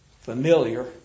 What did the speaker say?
familiar